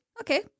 Okay